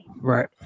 Right